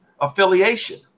affiliation